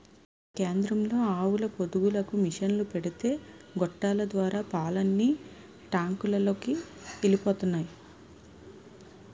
కేంద్రంలో ఆవుల పొదుగులకు మిసన్లు పెడితే గొట్టాల ద్వారా పాలన్నీ టాంకులలోకి ఎలిపోతున్నాయి